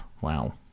Wow